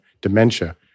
dementia